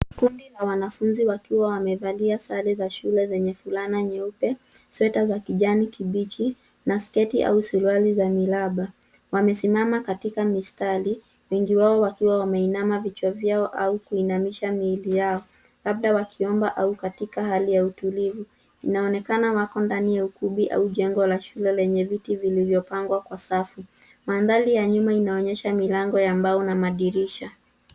Kundi la wanafunzi wakiwa wamevalia sare za shule zenye fulana nyeupe, sweta za kijanikibichi na sketi au suruali za miraba. Wamesimama katika mistari, wengi wao wakiwa wameinama vichwa vyao au kuinamisha miili yao labda wakiomba au katika hali ya utulivu. Inaonekana wako ndani ya ukumbi au jengo la shule lenye viti vilivyopangwa kwa safu. Mandhari ya nyuma inaonyesha milango ya mbao na madirisha.